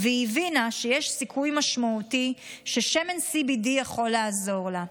והיא הבינה שיש סיכוי משמעותי ששמן CBD יכול לעזור לה.